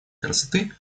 красоты